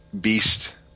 Beast